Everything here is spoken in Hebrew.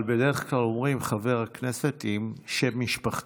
אבל בדרך כלל אומרים חבר הכנסת עם שם משפחתו.